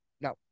No